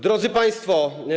Drodzy Państwo!